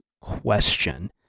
question